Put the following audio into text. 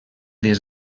des